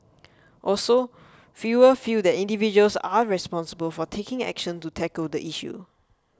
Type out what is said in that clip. also fewer feel that individuals are responsible for taking action to tackle the issue